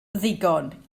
ddigon